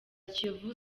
kiyovu